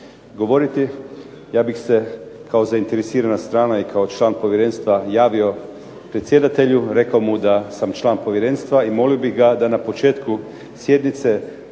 govoriti, ja bih se kao zainteresirana strana i kao član povjerenstva javio predsjedatelju, rekao mu da sam član povjerenstva i molio bih ga da na početku sjednice